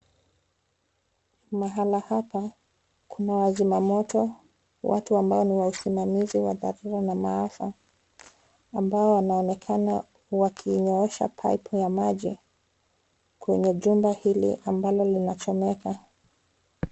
Mahala hapa kuna wazima moto, watu ambao ni wasimamizi wa dharura na maafa ambao wanaonekana wakiwasha pipe ya maji kwenye jumba hili ambalo linachomeka.